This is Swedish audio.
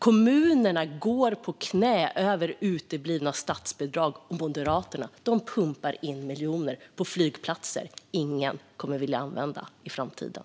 Kommunerna går på knäna på grund av uteblivna statsbidrag, och Moderaterna pumpar in miljoner i flygplatser som ingen kommer att vilja använda i framtiden.